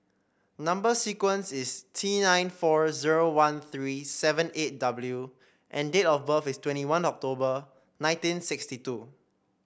number sequence is T nine four zero one three seven eight W and date of birth is twenty one October nineteen sixty two